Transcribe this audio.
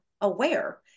aware